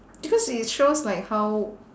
because it shows like how